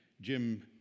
Jim